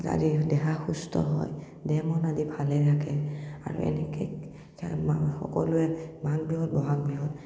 দেহা সুস্থ হয় দেহ মন আদি ভালে থাকে আৰু এনেকে সকলোৱে মাঘ বিহুত বহাগ বিহুত